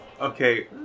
Okay